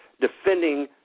defending